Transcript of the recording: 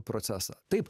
procesą taip